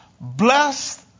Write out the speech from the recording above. Blessed